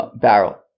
barrel